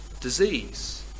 disease